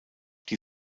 die